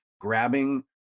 grabbing